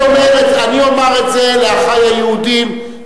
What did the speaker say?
אני אומר את זה לאחי היהודים,